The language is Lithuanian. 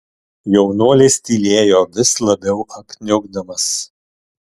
jaunuolis tylėjo vis labiau apniukdamas